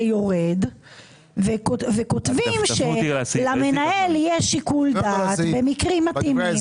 יורדת וכותבים שלמנהל יהיה שיקול דעת במקרים מתאימים.